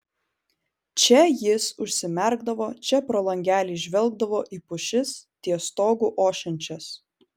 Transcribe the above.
čia jis užsimerkdavo čia pro langelį žvelgdavo į pušis ties stogu ošiančias